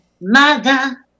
mother